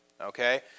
Okay